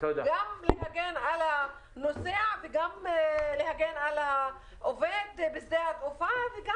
גם להגן על הנוסע וגם להגן על העובד בשדה התעופה וגם